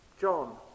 John